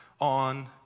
on